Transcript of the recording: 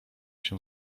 się